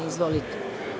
Izvolite.